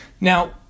Now